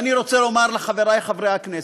ואני רוצה לומר לחברי חברי הכנסת: